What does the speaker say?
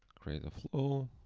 create a flow.